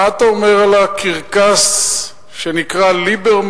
מה אתה אומר על הקרקס שנקרא ליברמן-נתניהו?